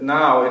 now